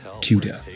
Tudor